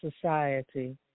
society